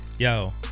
Yo